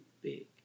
big